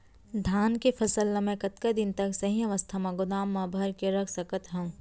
धान के फसल ला मै कतका दिन तक सही अवस्था में गोदाम मा भर के रख सकत हव?